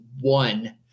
one